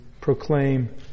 proclaim